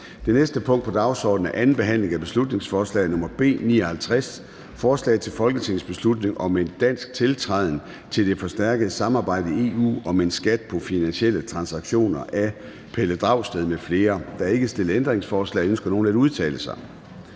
Det næste punkt på dagsordenen er: 5) 2. (sidste) behandling af beslutningsforslag nr. B 59: Forslag til folketingsbeslutning om en dansk tiltræden til det forstærkede samarbejde i EU om en skat på finansielle transaktioner. Af Pelle Dragsted (EL) m.fl. (Fremsættelse 15.11.2023. 1. behandling